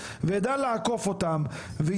ואדע להתמודד איתן משפטית ואדע לעקוף אותן ואתן